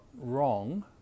wrong